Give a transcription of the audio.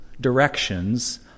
directions